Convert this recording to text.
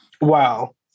wow